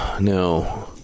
no